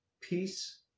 Peace